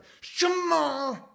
Shema